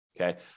okay